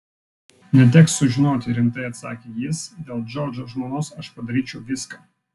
neteks sužinoti rimtai atsakė jis dėl džordžo žmonos aš padaryčiau viską